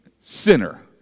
sinner